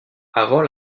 avant